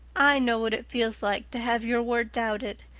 i know what it feels like to have your word doubted.